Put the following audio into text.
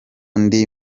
ndi